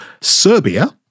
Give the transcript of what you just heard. Serbia